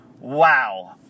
Wow